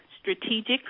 strategic